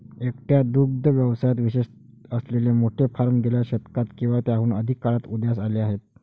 एकट्या दुग्ध व्यवसायात विशेष असलेले मोठे फार्म गेल्या शतकात किंवा त्याहून अधिक काळात उदयास आले आहेत